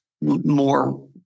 more